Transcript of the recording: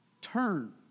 turn